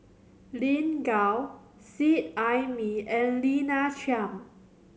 Lin Gao Seet Ai Mee and Lina Chiam